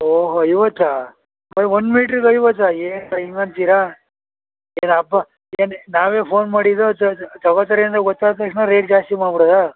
ಓಹೊ ಐವತ್ತಾ ಒಂದು ಮೀಟ್ರಿಗೆ ಐವತ್ತಾ ಏನು ಸರ್ ಹಿಂಗೆ ಅಂತೀರಾ ಏನು ಹಬ್ಬ ಏನು ನಾವೇ ಫೋನ್ ಮಾಡಿ ಇದು ತೊಗೋತಾರೆ ಅಂತ ಗೊತ್ತಾದ ತಕ್ಷಣ ರೇಟ್ ಜಾಸ್ತಿ ಮಾಡ್ಬಿಡೋದಾ